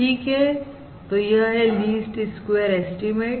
ठीक है तो यह है लीस्ट स्क्वेयर एस्टीमेट